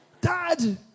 Dad